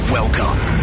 Welcome